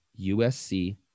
USC